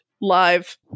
live